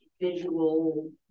visual